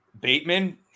Bateman